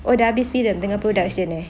oh dah habis filem dengan production eh